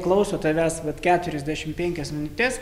klauso tavęs vat keturiasdešimt penkias minutes